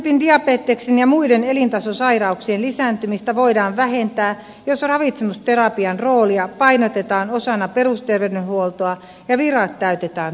kakkostyypin diabeteksen ja muiden elintaso sairauksien lisääntymistä voidaan vähentää jos ravitsemusterapian roolia painotetaan osana perusterveydenhuoltoa ja virat täytetään tarpeen mukaisesti